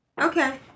Okay